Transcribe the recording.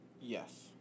Yes